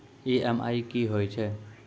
EMI कि होय छै?